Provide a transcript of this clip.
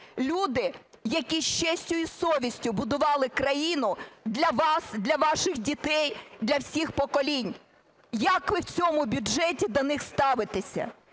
люди, які з честю і совістю будували країну для вас, для ваших дітей, для всіх поколінь, як ви в цьому бюджеті до них ставитесь?